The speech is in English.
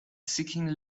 seeking